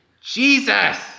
Jesus